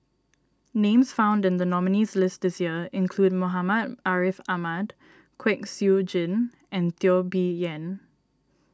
names found in the nominees' list this year include Muhammad Ariff Ahmad Kwek Siew Jin and Teo Bee Yen